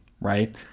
right